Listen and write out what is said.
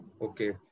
Okay